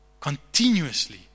continuously